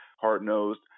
hard-nosed